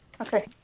Okay